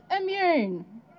immune